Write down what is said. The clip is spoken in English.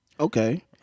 Okay